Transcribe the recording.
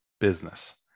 business